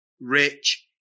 rich